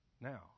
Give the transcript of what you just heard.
Now